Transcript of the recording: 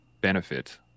benefit